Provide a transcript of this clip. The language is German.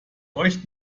euch